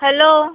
hello